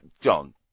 John